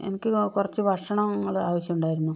എനിക്ക് കുറച്ച് ഭക്ഷണം നിങ്ങളെ ആവശ്യമുണ്ടായിരുന്നു